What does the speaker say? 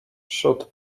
should